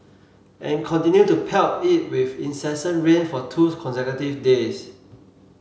and continued to pelt it with incessant rain for two consecutive days